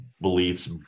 beliefs